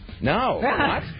No